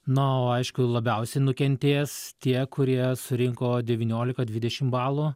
na o aišku labiausiai nukentės tie kurie surinko devyniolika dvidešim balų